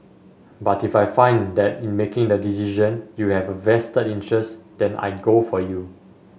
but if I find that in making the decision you have a vested interest then I go for you